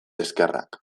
ezkerrak